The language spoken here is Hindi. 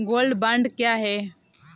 गोल्ड बॉन्ड क्या है?